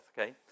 Okay